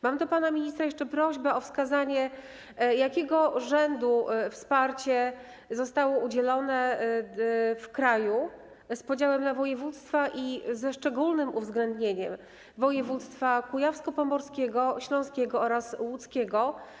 Mam do pana ministra jeszcze prośbę o wskazanie, jakiego rzędu wsparcie zostało udzielone w kraju, z podziałem na województwa i ze szczególnym uwzględnieniem województw: kujawsko-pomorskiego, śląskiego oraz łódzkiego.